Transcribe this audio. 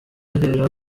ahera